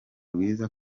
rwiza